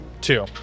Two